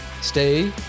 Stay